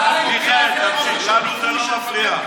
מיכאל, תמשיך, לנו זה לא מפריע.